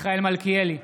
מיכאל מלכיאלי,